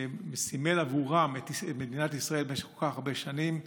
שסימלה בעבורם את מדינת ישראל במשך כל כך הרבה שנים,